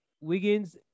wiggins